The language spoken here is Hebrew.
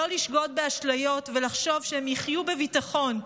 שלא לשגות באשליות ולחשוב שהם יחיו בביטחון.